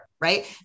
right